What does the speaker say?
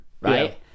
right